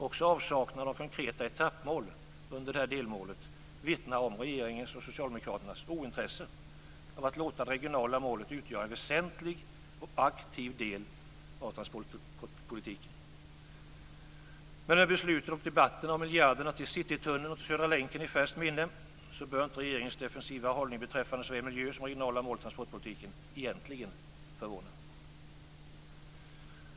Också avsaknaden av konkreta etappmål under detta delmål vittnar om regeringens och socialdemokraternas ointresse av att låta det regionala målet utgöra en väsentlig och aktiv del av transportpolitiken. Men med besluten och debatterna om miljarderna till Citytunneln och till Södra länken i färskt minne bör inte regeringens defensiva hållning beträffande såväl miljö som regionala mål i transportpolitiken egentligen förvåna.